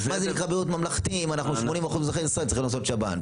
מה זה נקרא בריאות ממלכתית אם 80% מאזרחי ישראל צריכים לעשות שב"ן.